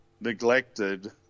neglected